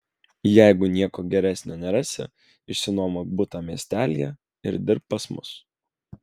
jeigu nieko geresnio nerasi išsinuomok butą miestelyje ir dirbk pas mus